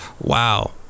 Wow